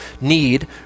need